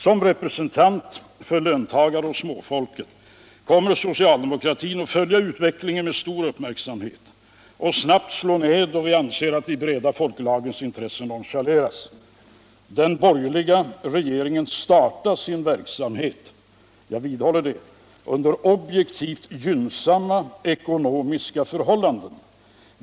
Som representant för löntagarna och småfolket kommer socialdemokratin att följa utvecklingen med stor uppmärksamhet och snabbt slå ned då den anser att de breda folklagrens intressen nonchaleras. Den borgerliga regeringen startar sin verksamhet — jag vidhåller det - under objektivt sett gvnnsamma ekonomiska förhållanden.